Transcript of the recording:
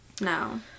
no